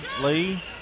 Lee